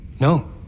No